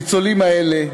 הניצולים האלה,